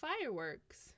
fireworks